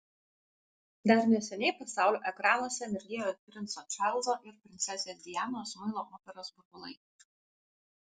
dar neseniai pasaulio ekranuose mirgėjo princo čarlzo ir princesės dianos muilo operos burbulai